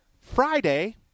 Friday